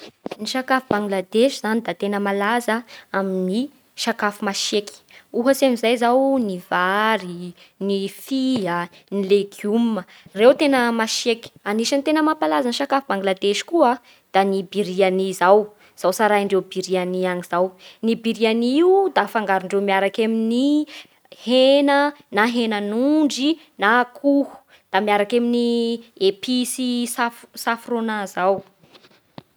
Ny sakafo bangladesy zany da sakafo tena malaza amin'ny sakafo masiaky. Ohatsy amin'izay izao ny vary, ny fia, ny legioma; ireo tena masiaky. Anisan'ny tena mampalaza ny sakafo bangladesy koa da ny biryani izao, izao tsarainy biryani agny izao. Ny biryani io da afangarondreo miaraky amin'ny hena, na henan'ondry, na akoho da miaraky amin'ny episy saf- safrôna izao.